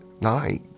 night